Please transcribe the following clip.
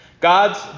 God's